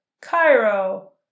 Cairo